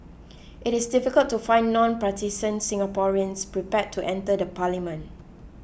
it is difficult to find non partisan Singaporeans prepared to enter the parliament